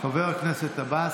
חבר הכנסת עבאס,